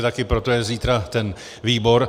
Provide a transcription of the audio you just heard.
Také proto je zítra ten výbor.